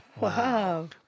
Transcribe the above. Wow